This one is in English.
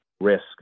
risk